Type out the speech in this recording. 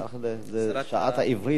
שעת העברית, נראה לי.